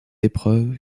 épreuve